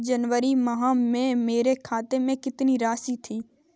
जनवरी माह में मेरे खाते में कितनी राशि थी?